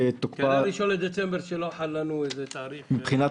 ש-1 בדצמבר לא חל איזה תאריך חשוב,